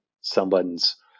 someone's